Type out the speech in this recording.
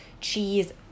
cheese